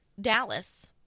dallas